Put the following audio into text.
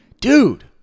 Dude